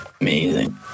Amazing